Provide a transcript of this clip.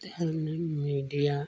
media